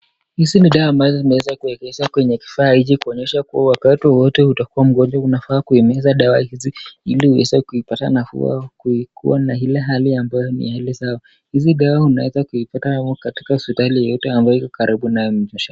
Hizi ni dawa ambazo zimeweza kuegezwa kwenye kifaa hichi kuonyesha kua wakati wowote utakua mgonjwa unafaa kuimeza dawa hizi iliuweze kuipata nafuu au kuikua na hali ambayo ni hali sawa, hizi dawa unaweza kuipata katika hospitali yeyote ambayo iko karibu nawe.